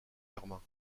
germain